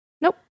nope